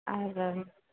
আর